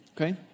okay